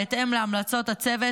בהתאם להמלצות הצוות,